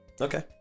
Okay